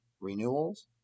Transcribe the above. renewals